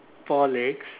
four legs